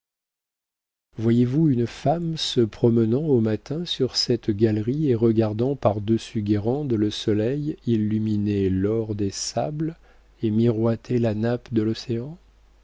voyez-vous une femme se promenant au matin sur cette galerie et regardant par-dessus guérande le soleil illuminer l'or des sables et miroiter la nappe de l'océan